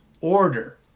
order